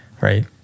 right